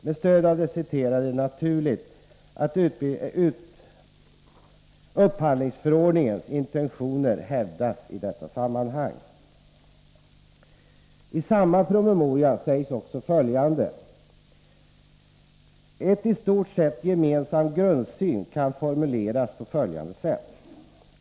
Med stöd av det citerade är det naturligt att upphandlingsförordningens intentioner hävdas även i detta sammanhang. I samma promemoria sägs också: En i stort sett gemensam grundsyn kan formuleras på följande sätt.